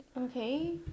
okay